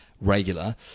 regular